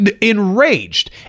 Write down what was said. enraged